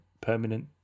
permanent